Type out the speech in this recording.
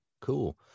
cool